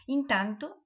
Intanto